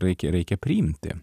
reikia reikia priimti